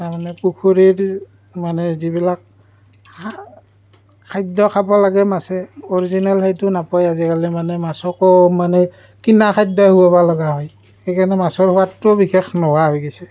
তাৰমানে পুখুৰীত মানে যিবিলাক হা খাদ্য খাব লাগে মাছে অৰিজিনেল সেইটো নাপায় আজিকালি মানে মাছকো মানে কিনা খাদ্যই খুৱাব লগা হয় সেইকাৰণে মাছৰ সোৱাদটোও বিশেষ নোহোৱা হৈ গৈছে